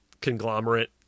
conglomerate